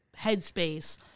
headspace